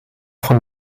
von